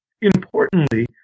Importantly